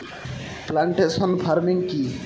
Plantation farming কি?